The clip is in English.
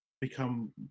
become